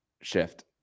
shift